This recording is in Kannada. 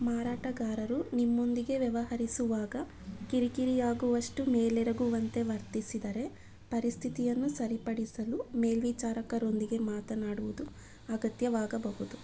ಮಾರಾಟಗಾರರು ನಿಮ್ಮೊಂದಿಗೆ ವ್ಯವಹರಿಸುವಾಗ ಕಿರಿಕಿರಿಯಾಗುವಷ್ಟು ಮೇಲೆರಗುವಂತೆ ವರ್ತಿಸಿದರೆ ಪರಿಸ್ಥಿತಿಯನ್ನು ಸರಿಪಡಿಸಲು ಮೇಲ್ವಿಚಾರಕರೊಂದಿಗೆ ಮಾತನಾಡುವುದು ಅಗತ್ಯವಾಗಬಹುದು